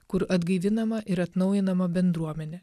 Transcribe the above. kur atgaivinama ir atnaujinama bendruomenė